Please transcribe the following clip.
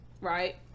Right